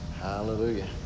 Hallelujah